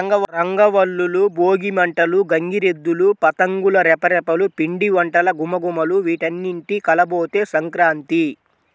రంగవల్లులు, భోగి మంటలు, గంగిరెద్దులు, పతంగుల రెపరెపలు, పిండివంటల ఘుమఘుమలు వీటన్నింటి కలబోతే సంక్రాంతి